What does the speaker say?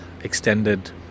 extended